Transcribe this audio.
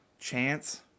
Chance